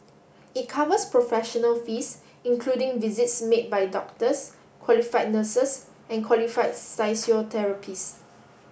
it covers professional fees including visits made by doctors qualified nurses and qualified